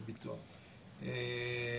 אוקיי.